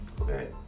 Okay